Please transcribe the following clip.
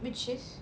which is